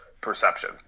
perception